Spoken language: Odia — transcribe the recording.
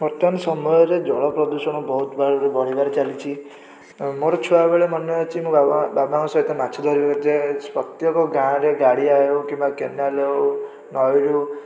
ବର୍ତ୍ତମାନ ସମୟରେ ଜଳ ପ୍ରଦୂଷଣ ବହୁତ ଭାବରେ ବଢ଼ିବାରେ ଚାଲିଛି ମୋର ଛୁଆବେଳେ ମନେ ଅଛି ମୁଁ ବାବା ବାପା ବାପାଙ୍କ ସହିତ ମାଛ ଧରିବାକୁ ଯାଏ ପ୍ରତ୍ୟେକ ଗାଁରେ ଗାଡ଼ିଆ ହେଉ କିମ୍ବା କେନାଲ ହେଉ ନଈରୁ